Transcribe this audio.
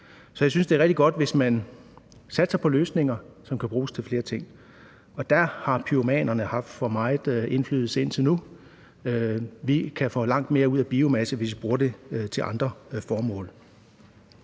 Så jeg synes, det er rigtig godt, hvis man satser på løsninger, som kan bruges til flere ting; og dér har pyromanerne haft for meget indflydelse indtil nu. Vi kan få langt mere ud af biomasse, hvis vi bruger det til andre formål.